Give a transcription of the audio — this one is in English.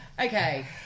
Okay